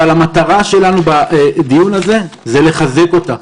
המטרה שלנו בדיון הזה היא לחזק אותה.